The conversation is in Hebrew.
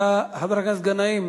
חבר הכנסת גנאים,